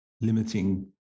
limiting